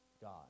God